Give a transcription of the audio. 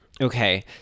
Okay